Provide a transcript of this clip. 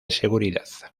seguridad